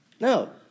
No